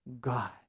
God